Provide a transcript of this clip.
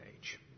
age